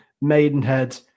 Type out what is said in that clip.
Maidenhead